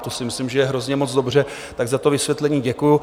To si myslím, že je hrozně moc dobře, tak za to vysvětlení děkuju.